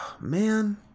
Man